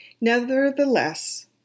Nevertheless